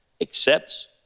accepts